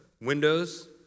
windows